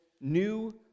new